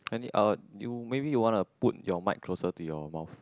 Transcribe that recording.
any uh you maybe you want to put your mic closer to your mouth